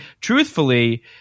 truthfully